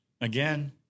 Again